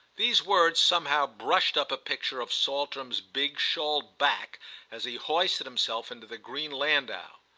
these words somehow brushed up a picture of saltram's big shawled back as he hoisted himself into the green landau.